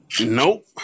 Nope